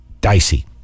dicey